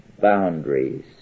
Boundaries